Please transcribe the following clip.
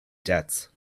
debts